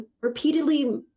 repeatedly